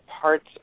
parts